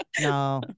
No